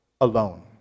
alone